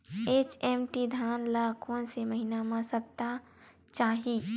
HMT धान ल कोन से महिना म सप्ता चाही?